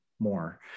More